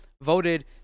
voted